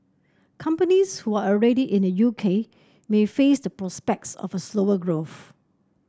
companies who are already in the U K may face the prospects of a slower growth